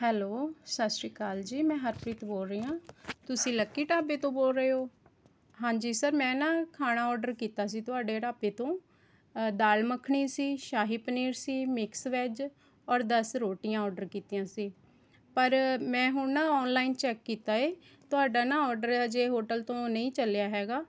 hello ਸਤਿ ਸ਼੍ਰੀ ਅਕਾਲ ਜੀ ਮੈਂ ਹਰਪ੍ਰੀਤ ਬੋਲ ਰਹੀ ਹਾਂ ਤੁਸੀਂ ਲੱਕੀ ਢਾਬੇ ਬੋਲ ਰਹੇ ਹੋ ਹਾਂਜੀ ਸਰ ਮੈਂ ਨਾ ਖਾਣਾ ਆਰਡਰ ਕੀਤਾ ਸੀ ਤੁਹਾਡੇ ਢਾਬੇ ਤੋਂ ਦਾਲ ਮੱਖਣੀ ਸੀ ਸ਼ਾਹੀ ਪਨੀਰ ਸੀ ਮਿਕਸ ਵੈੱਜ ਔਰ ਦਸ ਰੋਟੀਆਂ ਆਰਡਰ ਕੀਤੀਆਂ ਸੀ ਪਰ ਮੈਂ ਹੁਣ ਨਾ ਔਨਲਾਈਨ ਚੈੱਕ ਕੀਤਾ ਏ ਤੁਹਾਡਾ ਨਾ ਆਰਡਰ ਹਜੇ ਹੋਟਲ ਤੋਂ ਨਹੀਂ ਚੱਲਿਆ ਹੈਗਾ